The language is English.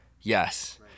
Yes